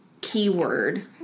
keyword